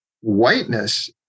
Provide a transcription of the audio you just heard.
whiteness